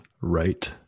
right